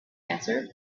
answered